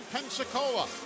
Pensacola